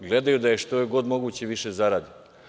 Gledaju da što je god moguće više zarade.